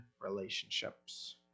relationships